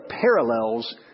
parallels